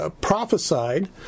prophesied